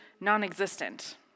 non-existent